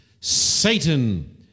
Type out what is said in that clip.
Satan